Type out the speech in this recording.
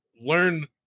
learn